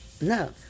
No